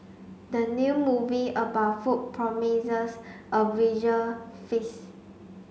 the new movie about food promises a visual feast